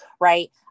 right